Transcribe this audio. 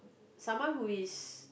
someone who is